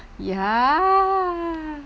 yeah